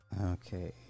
Okay